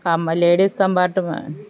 ladies compartment